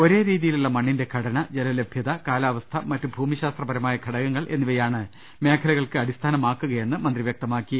ഒരേ രീതിയിലുള്ള മണ്ണിന്റെ ഘടന ജലലഭൃത കാലാവസ്ഥ മറ്റ് ഭൂമിശാസ്ത്രപരമായ ഘടകങ്ങൾ എന്നിവയാണ് മേഖലകൾക്ക് അടി സ്ഥാനമാക്കുകയെന്ന് മന്ത്രി പറഞ്ഞു